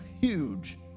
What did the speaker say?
huge